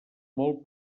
molt